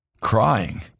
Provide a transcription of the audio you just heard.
crying